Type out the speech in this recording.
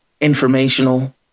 informational